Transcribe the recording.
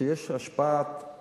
שיש להן השפעה על